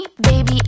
Baby